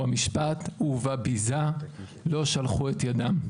הוא המשפט: "ובביזה לא שלחו את ידם".